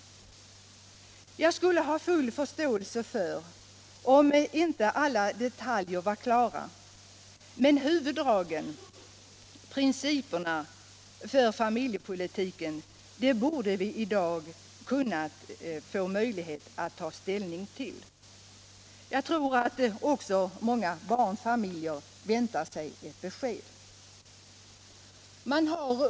Det skulle vara fullt förståeligt om inte alla detaljer var klara, men huvuddragen, principerna för familjepolitiken, borde vi i dag ha kunnat få ta ställning till. Jag tror att också många barnfamiljer väntar sig ett besked.